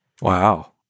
Wow